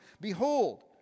Behold